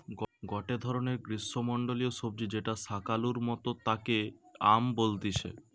গটে ধরণের গ্রীষ্মমন্ডলীয় সবজি যেটা শাকালুর মতো তাকে য়াম বলতিছে